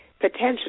potentially